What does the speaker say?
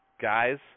Guys